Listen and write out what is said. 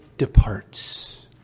departs